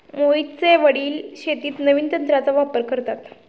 मोहितचे वडील शेतीत नवीन तंत्राचा वापर करतात